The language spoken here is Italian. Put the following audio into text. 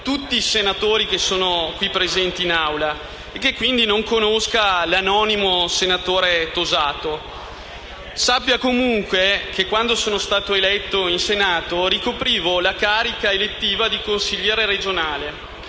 tutti i senatori presenti in Aula e che, quindi, non conosca l'anonimo senatore Tosato. Sappia, comunque, che quando sono stato eletto in Senato ricoprivo la carica elettiva di consigliere regionale.